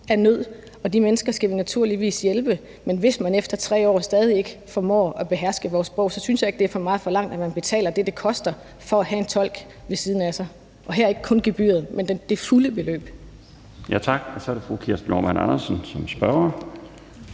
af nød, og de mennesker skal vi naturligvis hjælpe. Men hvis man efter 3 år stadig ikke formår at beherske vores sprog, synes jeg ikke det er for meget forlangt, at man betaler det, det koster at have en tolk ved siden af sig – og her ikke kun gebyret, men det fulde beløb. Kl. 13:56 Den fg. formand (Bjarne Laustsen):